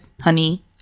honey